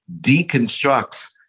deconstructs